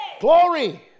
Glory